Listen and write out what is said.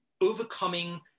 overcoming